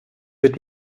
wird